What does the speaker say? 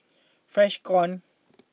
Freshkon